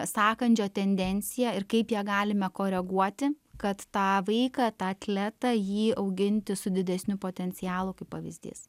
sąkandžio tendencija ir kaip ją galime koreguoti kad tą vaiką tą atletą jį auginti su didesniu potencialu kaip pavyzdys